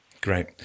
Great